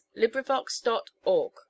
LibriVox.org